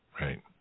Right